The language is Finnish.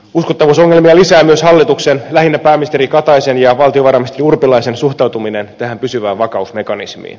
uskottavuusongelmia lisää myös hallituksen lähinnä pääministeri kataisen ja valtiovarainministeri urpilaisen suhtautuminen tähän pysyvään vakausmekanismiin